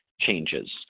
changes